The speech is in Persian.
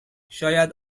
شاید